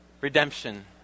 Redemption